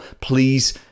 please